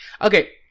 Okay